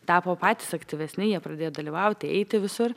tapo patys aktyvesni jie pradėjo dalyvauti eiti visur